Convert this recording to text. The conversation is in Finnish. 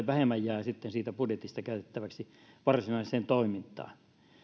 vähemmän tietenkin jää sitten siitä budjetista käytettäväksi varsinaisen toimintaan